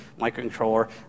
microcontroller